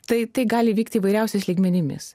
tai tai gali vykti įvairiausiais lygmenimis